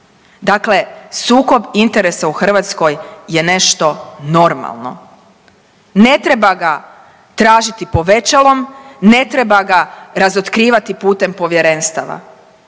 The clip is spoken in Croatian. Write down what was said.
Dakle, sukob interesa u Hrvatskoj je nešto normalno. Ne treba ga tražiti povećalom, ne treba ga razotkrivati putem povjerenstava.